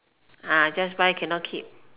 ah just buy cannot keep